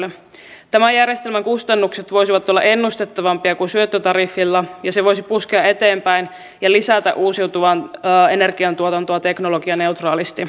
tämän järjestelmän kustannukset voisivat olla ennustettavampia kuin syöttötariffilla ja se voisi puskea eteenpäin ja lisätä uusiutuvan energian tuotantoa teknologianeutraalisti